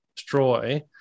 destroy